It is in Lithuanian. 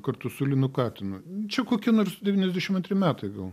kartu su linu katinu čia kokie nors devyniasdešim antri metai gal